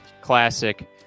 classic